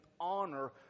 honor